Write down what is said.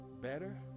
better